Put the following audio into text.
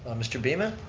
mr. beamen.